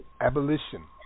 Abolition